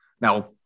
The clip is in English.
Now